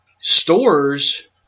stores